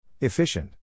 Efficient